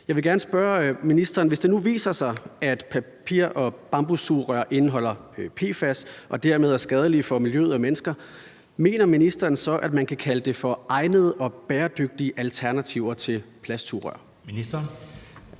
Jeg vil gerne spørge ministeren: Hvis det nu viser sig, at papir- og bambussugerør indeholder PFAS og dermed er skadelige for miljøet og mennesker, mener ministeren så, at man kan kalde det for egnede og bæredygtige alternativer til plastsugerør? Kl.